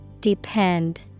Depend